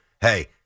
hey